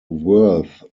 worth